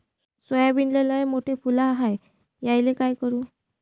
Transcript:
सोयाबीनले लयमोठे फुल यायले काय करू?